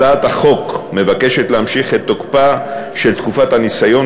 הצעת החוק מבקשת להמשיך את תוקפה של תקופת הניסיון